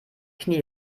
knie